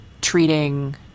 treating